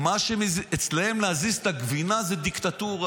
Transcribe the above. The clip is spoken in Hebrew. אצלם להזיז את הגבינה זה דיקטטורה,